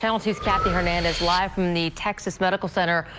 channel two's cathy hernandez live from the texas medical center.